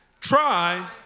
Try